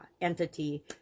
entity